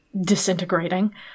disintegrating